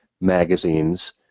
magazines